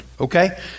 Okay